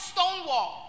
Stonewall